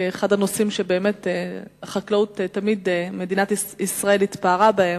החקלאות היא אחד הנושאים שתמיד מדינת ישראל התפארה בהם,